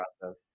process